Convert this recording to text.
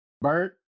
Bert